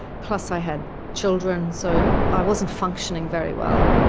plus i had children, so i wasn't functioning very well.